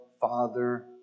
father